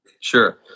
Sure